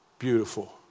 beautiful